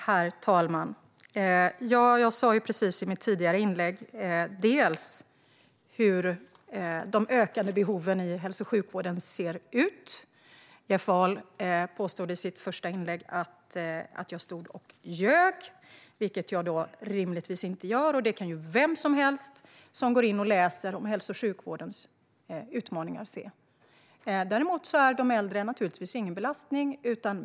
Herr talman! Jag sa i mitt tidigare inlägg hur de ökade behoven i hälso och sjukvården ser ut. Jeff Ahl påstod i sitt första inlägg att jag stod och ljög, vilket jag rimligtvis inte gör. Det kan vem som helst som läser om hälso och sjukvårdens utmaningar se. De äldre är naturligtvis ingen belastning.